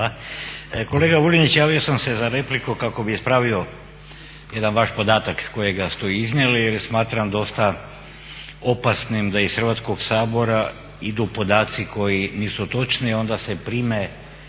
rada)** Kolega Vuljanić, javio sam se za repliku kako bih ispravio jedan vaš podatak kojega ste iznijeli jer smatram dosta opasnim da iz Hrvatskog sabora idu podaci koji nisu točni, onda se prime